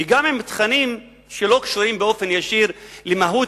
וגם עם תכנים שלא קשורים באופן ישיר למהות